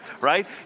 right